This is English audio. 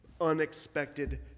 Unexpected